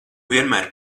vienmēr